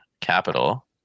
capital